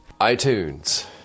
iTunes